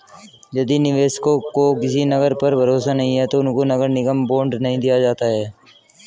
यदि निवेशकों को किसी नगर पर भरोसा नहीं है तो उनको नगर निगम बॉन्ड नहीं दिया जाता है